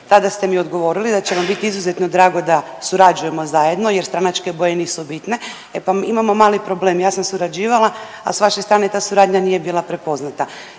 Tada ste mi odgovorili da će vam biti izuzetno drago da surađujemo zajedno jer stranačke boje nisu bitne. E pa imamo mali problem, ja sam surađivala, a s vaše strane ta suradnja nije bila prepoznata,